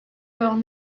lawng